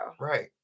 Right